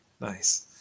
Nice